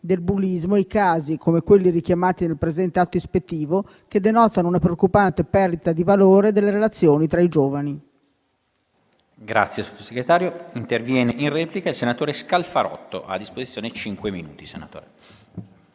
del bullismo e i casi, come quelli richiamati nel presente atto ispettivo, che denotano una preoccupante perdita di valore delle relazioni tra i giovani.